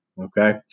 Okay